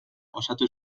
osatu